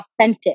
authentic